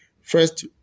first